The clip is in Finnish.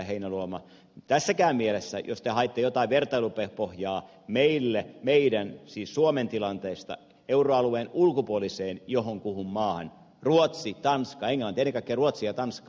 heinäluoma tässäkään mielessä jos te haitte jotain vertailupohjaa meidän siis suomen tilanteesta johonkin euroalueen ulkopuoliseen maahan ruotsi tanska englanti ennen kaikkea ruotsi ja tanska